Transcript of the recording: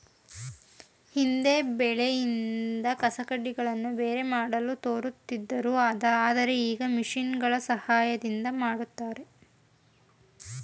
ಹಿಂದೆ ಬೆಳೆಯಿಂದ ಕಸಕಡ್ಡಿಗಳನ್ನು ಬೇರೆ ಮಾಡಲು ತೋರುತ್ತಿದ್ದರು ಆದರೆ ಈಗ ಮಿಷಿನ್ಗಳ ಸಹಾಯದಿಂದ ಮಾಡ್ತರೆ